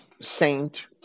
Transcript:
saint